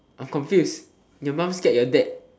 I'm confused your mum scared your dad